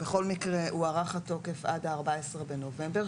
בכל מקרה הוארך התוקף של כל התקנות עד ה-14 בנובמבר,